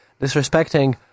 disrespecting